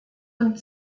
und